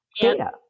data